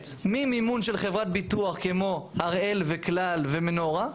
ממימון של חברת ביטוח כמו הראל וכלל ומנורה,